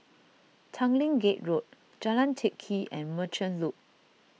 Tanglin Gate Road Jalan Teck Kee and Merchant Loop